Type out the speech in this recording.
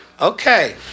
Okay